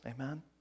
Amen